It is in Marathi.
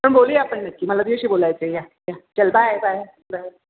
पण बोलूया आपण नक्की मला तुझ्याशी बोलायचं आहे या या चल बाय बाय बाय